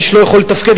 האיש לא יכול לתפקד,